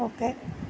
okay